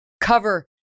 cover